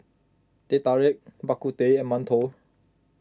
Teh Tarik Bak Kut Teh and Mantou